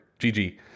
GG